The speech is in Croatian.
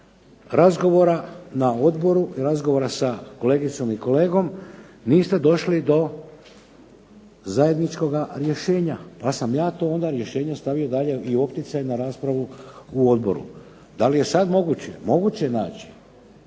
razgovora na odboru, razgovora sa kolegicom i kolegom niste došli do zajedničkoga rješenja pa sam ja to onda rješenje stavio dalje i u opticaj na raspravu u odboru. Da li je sad moguće, moguće je naći,